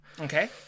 Okay